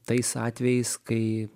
tais atvejais kai